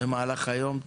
במהלך היום.